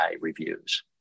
reviews